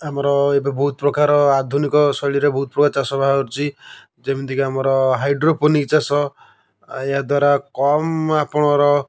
ଆମର ଏବେ ବହୁତ ପ୍ରକାର ଆଧୁନିକ ଶୈଳୀରେ ବହୁତ ପ୍ରକାର ଚାଷ ବାହାରୁଛି ଯେମିତିକି ଆମର ହାଇଡ୍ରୋପୋନିକ୍ ଚାଷ ଏହାଦ୍ଵାରା କମ୍ ଆପଣଙ୍କର